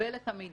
לקבל את המידע,